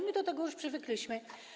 My do tego już przywykliśmy.